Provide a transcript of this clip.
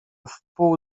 wpół